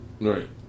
right